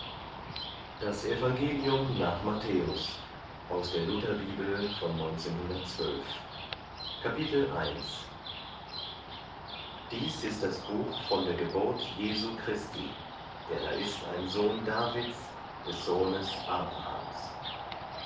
das matthäusevangelium matthäus dies ist das buch von der geburt jesu christi der da ist ein sohn davids des sohnes abrahams